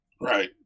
Right